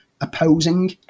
opposing